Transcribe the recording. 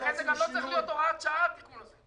לכן זה גם לא צריך להיות הוראת שעה התיקון הזה.